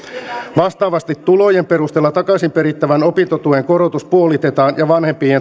vastaavasti tulojen perusteella takaisin perittävän opintotuen korotus puolitetaan ja vanhempien